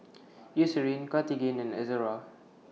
Eucerin Cartigain and Ezerra